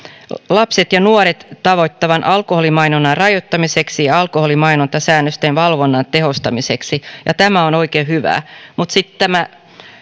lapset ja nuoret tavoittavan alkoholimainonnan rajoittamiseksi ja alkoholimainontasäännösten valvonnan tehostamiseksi tämä on oikein hyvä mutta sitten tämä